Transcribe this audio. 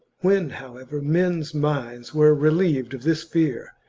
when, however, men's minds were relieved of this fear,